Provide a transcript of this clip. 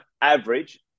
average